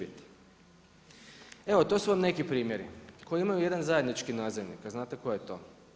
Evo to su vam neki primjeri koji imaju jedan zajednički nazivnik, a znate koji je to?